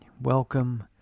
Welcome